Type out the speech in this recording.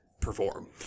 perform